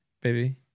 Baby